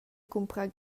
cumprar